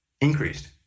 increased